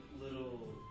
little